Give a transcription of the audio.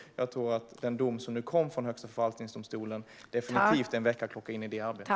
Jag tror att den dom som kom från Högsta förvaltningsdomstolen definitivt är en väckarklocka för detta arbete.